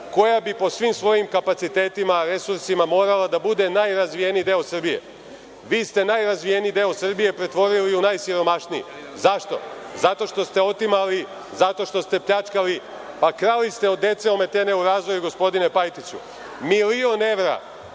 koja bi po svim svojim kapacitetima, resursima morala da bude najrazvijeniji deo Srbije. Vi ste najrazvijeniji deo Srbije pretvorili u najsiromašniji. Zašto? Zato što ste otimali, zato što ste pljačkali, pa krali ste od dece omete u razvoju gospodine Pajtiću. Milion evra